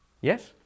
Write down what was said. Yes